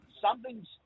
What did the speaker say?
Something's